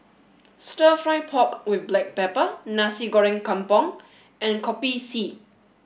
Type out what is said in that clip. Stir Fry Pork with Black Pepper Nasi Goreng Kampung and Kopi C